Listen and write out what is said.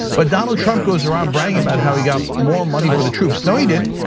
but donald trump goes around bragging about how he got more money for the troops. no, he didn't,